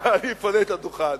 אבל אני אפנה את הדוכן.